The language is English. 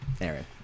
Aaron